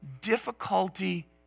difficulty